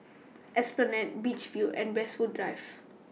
Esplanade Beach View and Westwood Drive